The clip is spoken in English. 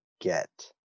get